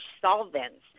solvents